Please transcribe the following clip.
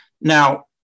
Now